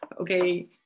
Okay